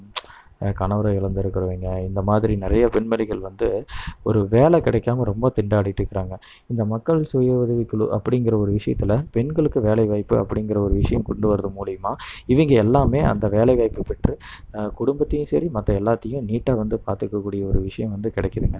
கணவரை இழந்துருகிறவிங்க இந்தமாதிரி நிறைய பெண்மணிகள் வந்து ஒரு வேலை கிடைக்காம ரொம்ப திண்டாடிகிட்டு இருக்கிறாங்க இந்த மக்கள் சுய உதவிக்குழு அப்படிங்கிற ஒரு விஷயத்துல பெண்களுக்கு வேலைவாய்ப்பு அப்படிங்கிற ஒரு விஷயம் கொண்டு வர்றது மூலியமாக இவங்க எல்லாமே அந்த வேலைவாய்ப்பு பெற்று குடும்பத்தையும் சரி மற்ற எல்லாத்தையும் நீட்டாக வந்து பாத்துக்கக்கூடிய ஒரு விஷயம் வந்து கிடைக்குதுங்க